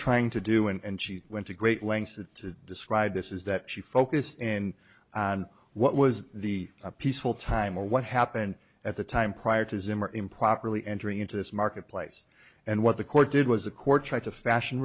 trying to do and she went to great lengths to describe this is that she focused in on what was the a peaceful time or what happened at the time prior to zimmer improperly entering into this marketplace and what the court did was the court tried to fashion